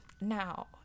Now